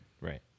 Right